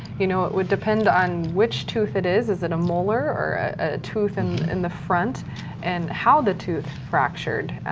you know, it would depend on which tooth it is, is it a molar or a tooth and in the front and how the tooth fractured.